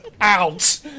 out